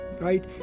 right